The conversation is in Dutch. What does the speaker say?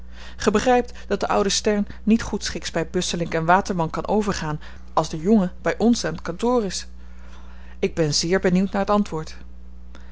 ge begrypt dat de oude stern niet goedschiks by busselinck waterman kan overgaan als de jonge by ons aan t kantoor is ik ben zeer benieuwd naar het antwoord